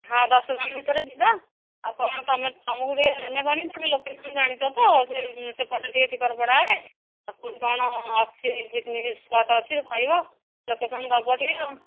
ହଁ ଦଶଜଣ ଭିତରେ ଯିବା ଆଉ କ'ଣ ତମେ ତମକୁ ଟିକେ ନେଲେ କ'ଣ କି ତମେ ଲୋକେସନ୍ ଜାଣିଛି ତ ସେ ସେପଟେ ଟିକେ ଟିକରପଡ଼ା ଆଡ଼େ କେଉଁଠି କ'ଣ ଅଛି ପିକ୍ନିକ୍ ସ୍ପଟ୍ ଅଛି କହିବ ଲୋକେସନ୍ ଦବ ଟିକେ